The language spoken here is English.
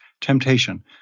temptation